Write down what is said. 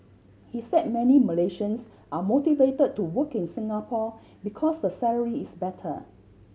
he said many Malaysians are motivated to work in Singapore because the salary is better